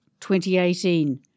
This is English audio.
2018